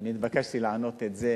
מה מציע אדוני השר?